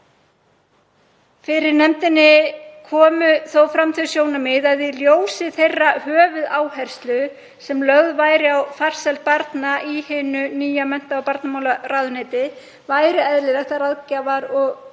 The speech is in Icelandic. Fyrir nefndinni komu þó fram þau sjónarmið að í ljósi þeirrar höfuðáherslu sem lögð hefði verið á farsæld barna í hinu nýja mennta- og barnamálaráðuneyti væri eðlilegt að Ráðgjafar- og